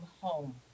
home